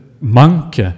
monk